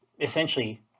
essentially